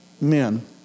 men